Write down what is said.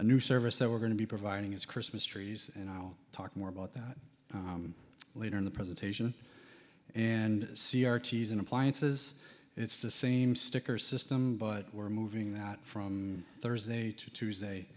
a new service that we're going to be providing is christmas trees and i'll talk more about that later in the presentation and see artie's in appliances it's the same sticker system but we're moving that from thursday to tuesday